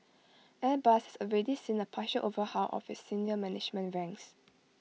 airbus has already seen A partial overhaul of its senior management ranks